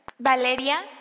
Valeria